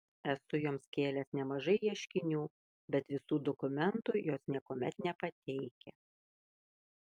esu joms kėlęs nemažai ieškinių bet visų dokumentų jos niekuomet nepateikia